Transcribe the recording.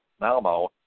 Malmo